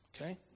okay